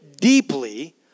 deeply